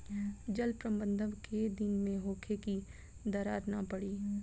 जल प्रबंधन केय दिन में होखे कि दरार न पड़ी?